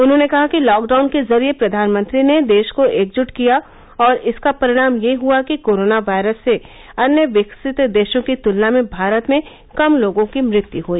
उन्हॉने कहा कि लॉकडाउन के जरिए प्रधानमंत्री ने देश को एकजुट किया और इसका परिणाम यह हआ कि कोरोना वायरस से अन्य विकसित देशों की तुलना में भारत में कम लोगों की मुत्य हई